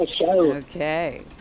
Okay